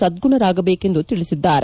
ಸದ್ಗುಣರಾಗಬೇಕು ಎಂದು ತಿಳಿಸಿದ್ದಾರೆ